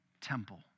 temple